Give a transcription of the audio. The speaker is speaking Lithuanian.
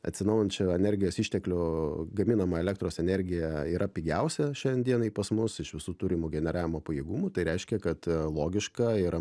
atsinaujinančių energijos išteklių gaminama elektros energija yra pigiausia šiandien dienai pas mus iš visų turimų generavimo pajėgumų tai reiškia kad logiška yra